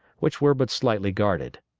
which were but slightly guarded.